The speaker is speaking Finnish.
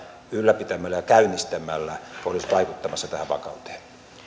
ylläpitämällä ja käynnistämällä olisivat vaikuttamassa tähän vakauteen